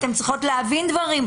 להבין אותם.